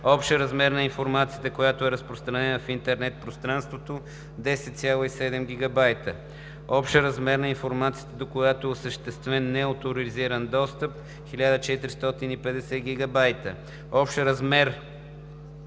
общ размер на информацията, която е разпространена в интернет пространството, е 10,7 GB; общ размер на информацията, до която е осъществен неоторизиран достъп, е 1450 GB; общ размер